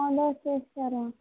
orders చేస్తారా